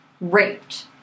raped